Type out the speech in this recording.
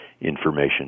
information